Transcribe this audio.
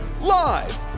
Live